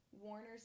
warner's